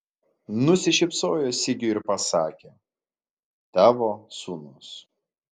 nusišypsojo sigiui ir pasakė tavo sūnus